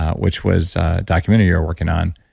which was documentary you were working on.